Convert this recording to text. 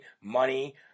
money